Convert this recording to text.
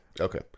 Okay